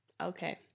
Okay